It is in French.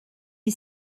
est